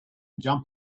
jump